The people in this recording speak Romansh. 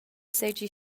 seigi